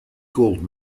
gold